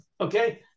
Okay